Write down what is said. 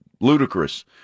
ludicrous